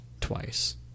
twice